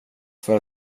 för